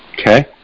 Okay